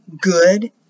good